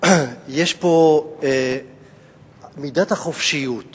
מידת החופשיות